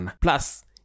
plus